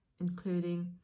including